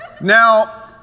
Now